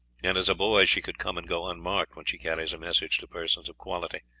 and as a boy she could come and go unmarked when she carries a message to persons of quality.